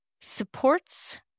supports